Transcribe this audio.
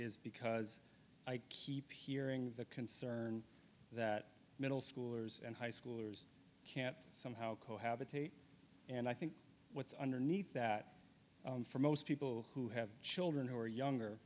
is because i keep hearing the concern that middle schoolers and high schoolers can't somehow cohabitate and i think what's underneath that for most people who have children who are younger